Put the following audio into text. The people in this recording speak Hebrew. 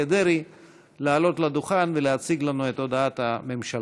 דרעי לעלות לדוכן ולהציג לנו את הודעת הממשלה.